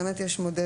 באמת יש מודלים,